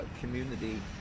community